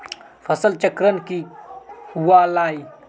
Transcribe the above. फसल चक्रण की हुआ लाई?